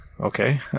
Okay